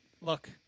Look